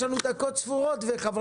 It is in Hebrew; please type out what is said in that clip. יש לנו דקות ספורות וחבר